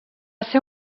ser